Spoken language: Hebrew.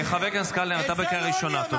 חבר הכנסת קלנר, אתה בקריאה ראשונה.